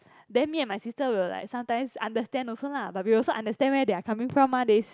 then me and my sister will like some times understand also lah but we also understand where they are coming from mah they